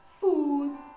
food